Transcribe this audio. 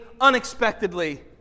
unexpectedly